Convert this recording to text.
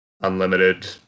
unlimited